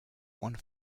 one